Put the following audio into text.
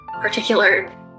particular